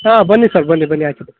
ಹಾಂ ಬನ್ನಿ ಸರ್ ಬನ್ನಿ ಬನ್ನಿ ಆಯಿತು